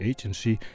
Agency